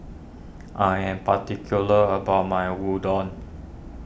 I am particular about my Udon